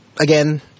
again